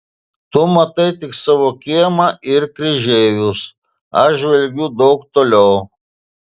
tu matai tik savo kiemą ir kryžeivius aš žvelgiu daug toliau